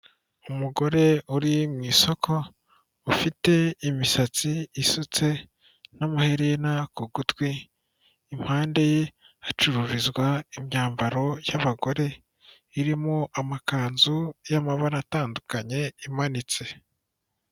Umugore uri mu isoko, ufite imisatsi isutse n'amaherena ku gutwi. Impande ye, hacururizwa imyambaro y'abagore, irimo amakanzu y'amabara atandukanye imanitse.